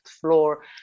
floor